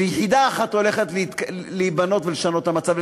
שיחידה אחת הולכת להיבנות ולשנות את המצב.